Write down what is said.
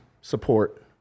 Support